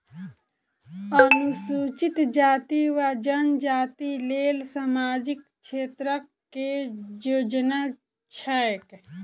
अनुसूचित जाति वा जनजाति लेल सामाजिक क्षेत्रक केँ योजना छैक?